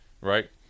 right